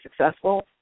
successful